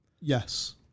Yes